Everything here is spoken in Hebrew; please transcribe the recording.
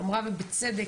אמרה ובצדק,